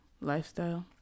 lifestyle